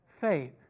Faith